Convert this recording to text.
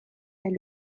est